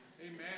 Amen